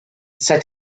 set